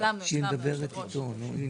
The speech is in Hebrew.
אבדוק את העניין ואני אחזור.